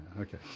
Okay